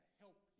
help